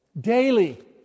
Daily